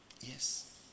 Yes